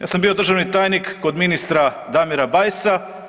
Ja sam bio državni tajnik kod ministra Damira Bajsa.